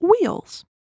wheels